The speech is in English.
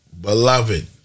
Beloved